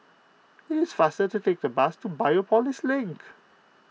it is faster to take the bus to Biopolis Link